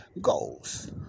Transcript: Goals